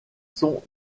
sont